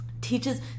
Teaches